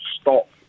stop